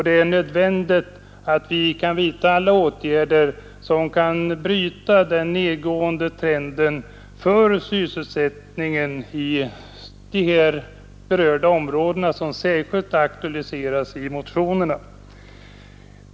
Det är nödvändigt att vi vidtar alla åtgärder som kan bryta den nedåtgående trenden för sysselsättningen i de områden som aktualiseras i motionerna.